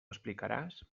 explicaràs